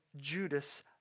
Judas